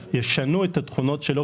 ישנו את התכונות שלו,